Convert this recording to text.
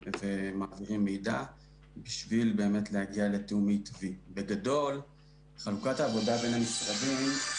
חלק גדול כמובן רואה את זה בצורה